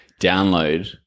download